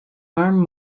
arm